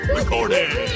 Recording